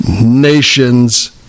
Nations